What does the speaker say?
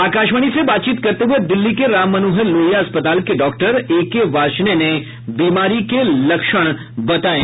आकाशवाणी से बातचीत करते हुए दिल्ली के राम मनोहर लोहिया अस्पताल के डॉक्टर एके वार्षेण्य ने बीमारी के लक्षण बताये